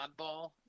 oddball